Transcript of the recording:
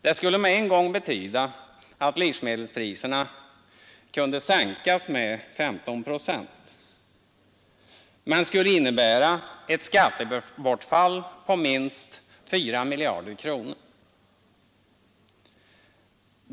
Det skulle med en gång betyda att livsmedelspriserna kunde sänkas med 15 procent men skulle innebära ett skattebortfall på minst 4 miljarder kronor.